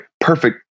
Perfect